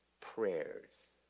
prayers